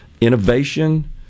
innovation